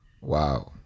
Wow